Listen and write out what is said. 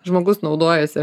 žmogus naudojasi